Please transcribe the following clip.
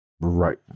Right